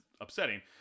upsetting